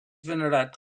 venerat